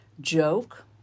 joke